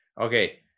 Okay